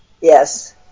Yes